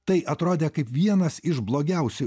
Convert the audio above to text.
tai atrodė kaip vienas iš blogiausių